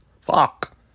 Fuck